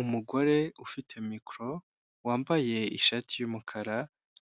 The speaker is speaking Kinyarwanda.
Umugore ufite mikoro wambaye ishati y'umukara